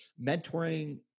mentoring